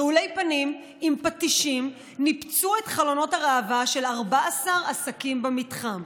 רעולי פנים עם פטישים ניפצו את חלונות הראווה של 14 עסקים במתחם,